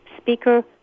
speaker